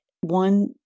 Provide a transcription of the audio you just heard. One